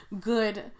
good